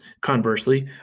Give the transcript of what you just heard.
Conversely